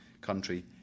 country